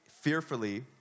fearfully